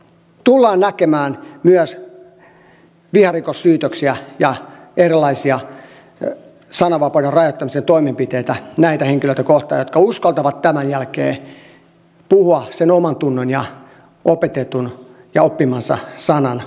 tullaan näkemään myös viharikossyytöksiä ja erilaisia sananvapauden rajoittamisen toimenpiteitä näitä henkilöitä kohtaan jotka uskaltavat tämän jälkeen puhua sen omantunnon ja opetetun ja oppimansa sanan mukaisesti